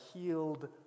healed